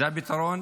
זה הפתרון?